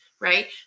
right